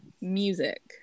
music